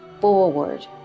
forward